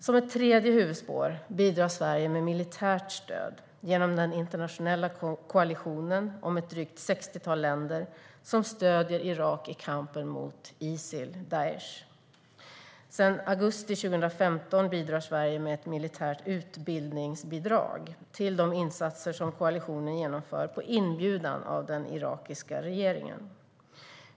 Som ett tredje huvudspår bidrar Sverige med militärt stöd genom den internationella koalitionen om ett drygt 60-tal länder som stöder Irak i kampen mot Isil/Daish. Sedan augusti 2015 bidrar Sverige med ett militärt utbildningsbidrag till de insatser som koalitionen genomför på inbjudan av den irakiska regeringen.